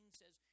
says